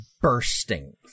bursting